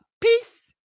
Peace